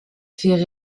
fait